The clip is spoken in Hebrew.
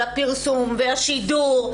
והפרסום והשידור,